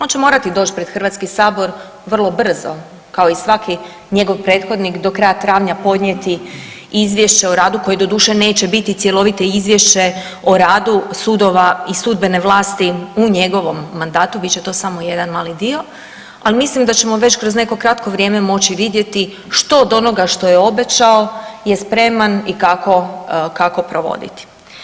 On će morati doći pred Hrvatski sabor vrlo brzo kao i svaki njegov prethodnik, do kraja travnja podnijeti izvješće o radu koje doduše neće biti cjelovite izvješće o radu sudova i sudbene vlasti u njegovom mandatu, bit će to samo jedan mali dio, ali mislim da ćemo već kroz neko kratko vrijeme moći vidjeti što od onoga što je obećao je spreman i kako, kako provoditi.